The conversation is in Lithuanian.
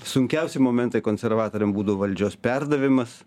sunkiausi momentai konservatoriam būtų valdžios perdavimas